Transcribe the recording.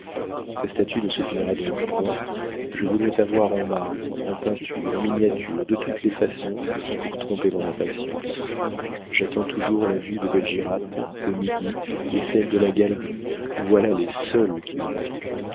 ta statue ne se finira donc point je voudrais t'avoir en marbre en peinture en miniature de toutes les façons pour tromper mon impatience j'attends toujours la vue de belgirate au midi et celle de la galerie voilà les seules qui me manquent